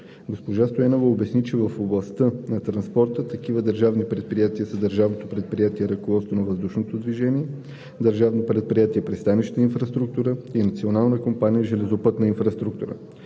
Госпожа Стоянова обясни, че в областта на транспорта такива държавни предприятия са Държавното предприятие „Ръководство на въздушното движение“, Държавното предприятие „Пристанищна инфраструктура“ и Националната компания „Железопътна инфраструктура“.